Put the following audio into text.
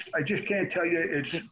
i just can't tell you it's